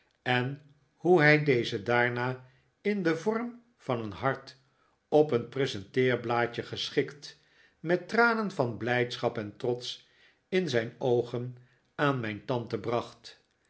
en hoe hij deze daarna in den vorm van een hart op een presenteerblaadje geschikt met tranen van blijdschap en trots in zijn oogen aan mijn tante bracht